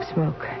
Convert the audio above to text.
Smoke